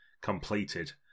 completed